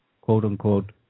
quote-unquote